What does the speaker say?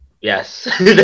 Yes